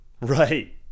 Right